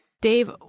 Dave